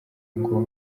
ngo